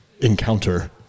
encounter